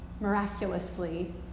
miraculously